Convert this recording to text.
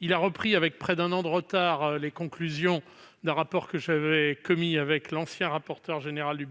qui a repris avec près d'un an de retard les conclusions d'un rapport que j'avais commis avec l'ancien rapporteur général de